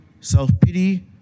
self-pity